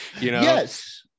Yes